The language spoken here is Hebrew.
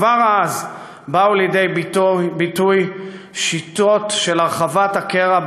וכבר אז באו לידי ביטוי שיטות של הרחבת הקרע